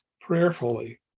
prayerfully